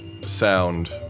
sound